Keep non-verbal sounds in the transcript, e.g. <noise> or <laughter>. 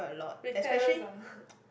with parents ah <laughs>